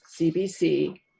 CBC